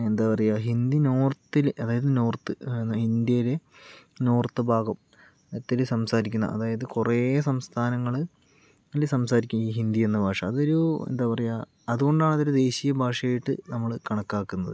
എന്താ പറയുക ഹിന്ദി നോർത്തില് അതായത് നോർത്ത് അതായത് ഇന്ത്യയില് നോർത്ത് ഭാഗത്തില് സംസാരിക്കുന്ന അതായത് കുറേ സംസ്ഥാനങ്ങള് ഈ സംസാരിക്കുന്ന ഹിന്ദി എന്ന ഭാഷ അത് ഒരു എന്താ പറയുക അതുകൊണ്ടാണ് അതിനെ ദേശീയ ഭാഷയായിട്ടത് നമ്മള് കണക്കാക്കുന്നത്